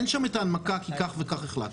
אין שם את ההנמקה כי כך וכך החלטנו,